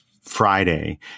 Friday